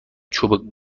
چوب